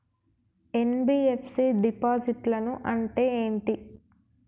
NBFC డిపాజిట్లను అంటే ఏంటి?